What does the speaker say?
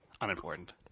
Unimportant